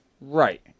Right